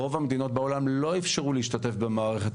רוב המדינות בעולם לא אפשרו להשתתף במערכת